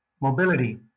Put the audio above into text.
mobility